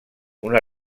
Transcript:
una